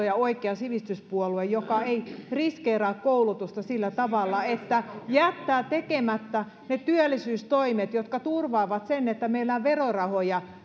ja oikea sivistyspuolue joka ei riskeeraa koulutusta sillä tavalla että jättää tekemättä ne työllisyystoimet jotka turvaavat sen että meillä on verorahoja